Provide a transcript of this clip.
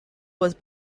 was